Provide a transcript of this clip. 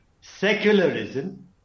Secularism